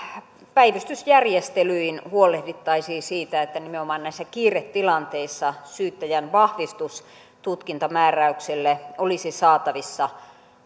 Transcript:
päivystysjärjestelyin huolehdittaisiin siitä että nimenomaan näissä kiiretilanteissa syyttäjän vahvistus tutkintamääräykselle olisi saatavissa